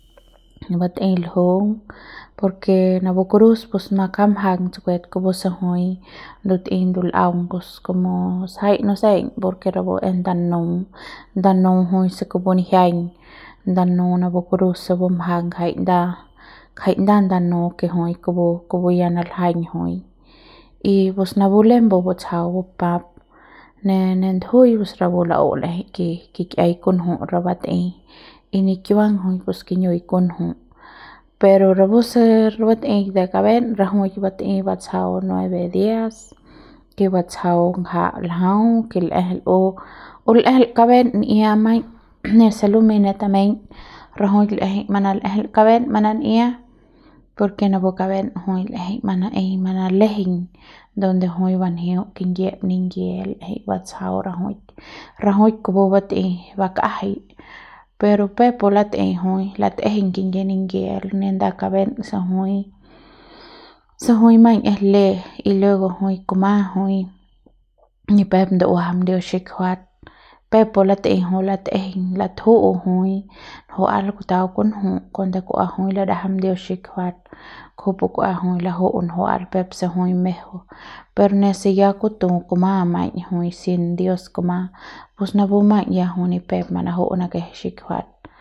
batei ljung por ke napu cruz pus ma kamjang tsukue kupu se jui ndutei ndul'aung pus como sajai nuseiñ por ke rapu es ndanu ndanu kupu se jui nijiaiñ ndanu napu cruz bumjang jai nda ngjai nda ndanu ke jui kupu kupu ya naljaiñ jui y pus napu lembe butsjau bupap ne ne ndujuiñ pus rapu la'u l'ejeiñ ke kkiai kunju re batei y ne kiuang pus kiñiui kunju pero rapu se batei de kaben rajuik batei batsjau nueve días ke batsjau ngja ljau ke l'ejel o l'ejel kaben n'ia maiñ nese lumeiñ ne tameiñ rajuik l'ejei manal'ejel kaben manan'ia porke napu kaben rajuik l'eje mana'eiñ manalejeiñ donde jui banjiung kingyiep ningyie l'eje batsjau rajuik, rajuik kupu batei bakjai pero peuk pu latei jui latejei kingyie ningyie ne nanda kaben se jui. Se jui maiñ es le y luego jui kuma jui ni pep ndujuam dios xikjiuat peuk pu luatei jui latejeiñ latju'u jui njua'al kutau kunju cuando kua jui ladajam dios xikjiuat kuju pu kua jui laju'u njua'al peuk se jui mejeu pero nese ya kutu kuma nama jui sin dios kuma pus napu maiñ jui ya ni pe manuju'u manakje xikjiuat.